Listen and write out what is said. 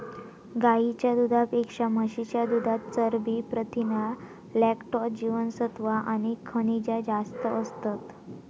गाईच्या दुधापेक्षा म्हशीच्या दुधात चरबी, प्रथीना, लॅक्टोज, जीवनसत्त्वा आणि खनिजा जास्त असतत